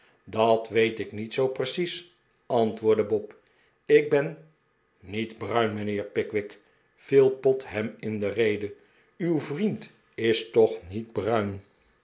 dat weet ik niet zoo precies antwoordde bob ik ben niet bruin mijnheer pickwick viel pott hem in de rede uw vriend is toch niet bruin